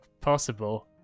possible